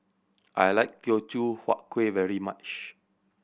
I like Teochew Huat Kueh very much